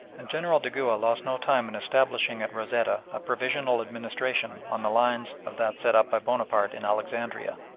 and general dugua lost no time in establishing at rosetta a provisional administration on the lines of that set up by bonaparte in alexandria.